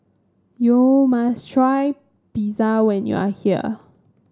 you must try Pizza when you are here